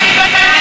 את מתבלבלת,